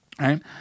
Right